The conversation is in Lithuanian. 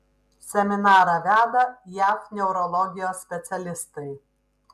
seminarą veda jav neurologijos specialistai